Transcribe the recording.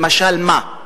למשל, מה?